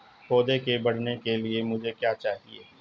पौधे के बढ़ने के लिए मुझे क्या चाहिए?